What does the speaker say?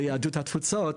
ליהדות התפוצות,